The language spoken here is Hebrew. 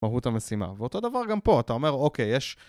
מהות המשימה. ואותו דבר גם פה, אתה אומר, אוקיי, יש...